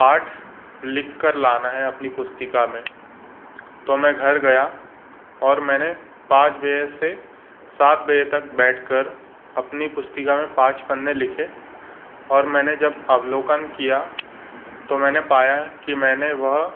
पाठ लिख कर लाना है अपनी पुस्तिका में तो मैं घर गया और मैंने पाँच बजे से सात बजे तक बैठकर अपनी पुस्तिका में पाँच पन्ने लिखे और मैंने जब अवलोकन किया तो मैंने पाया कि मैंने वह